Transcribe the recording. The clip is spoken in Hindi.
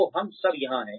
तो हम सब यहाँ हैं